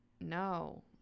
No